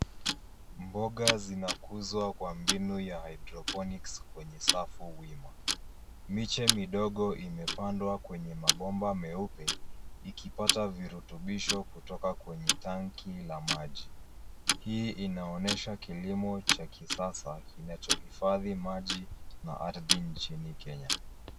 Mboga zinakuzwa kwa mbinu ya hydroponics kwenye safu wima. Miche midogo imepandwa kwenye mabomba meupe ikipata virutubisho kutoka kwenye tanki la maji. Hii inaonyesha kilimo cha kisasa kinachohifandhi maji na ardhi na nchini Kenya.